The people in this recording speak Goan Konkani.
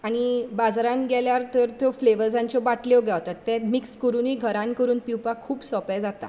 आनी बाजारान गेल्यार तर त्यो फ्लेवर्जांच्यो बाटल्यो गावतात ते मिक्स करुनीय घरांत करून पिवपाक खूब सोंपें जातात